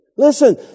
Listen